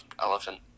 elephant